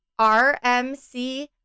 RMC